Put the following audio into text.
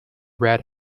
red